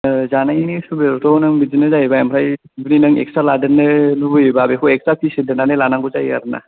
जानायनि सुबिदायाथ' नों बिदिनो जाहैबाय ओमफ्राय जुदि नों एक्सट्रा लादेरनो लुगैयोबा बेखौ एक्सट्रा फिस होदेरनानै लानांगौ जायो आरो ना